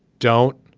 don't